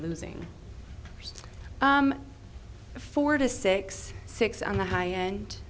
losing four to six six on the high end